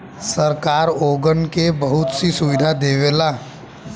सरकार ओगन के बहुत सी सुविधा देवला